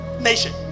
Nation